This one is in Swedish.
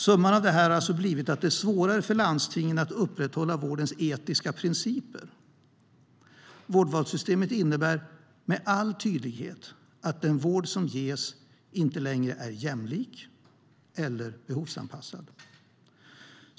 Summan har alltså blivit att det är svårare för landstingen att upprätthålla vårdens etiska principer. Vårdvalssystemet innebär med all tydlighet att den vård som ges inte längre är jämlik eller behovsanpassad.